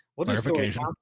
Clarification